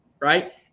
right